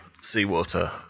seawater